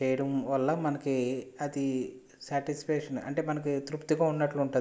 చెయ్యడం వల్ల మనకి అది సాటిస్ఫాక్షన్ అంటే మనకి తృప్తిగా ఉన్నట్టు ఉంటుంది